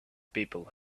people